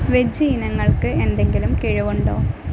veg ഇനങ്ങൾക്ക് എന്തെങ്കിലും കിഴിവുണ്ടോ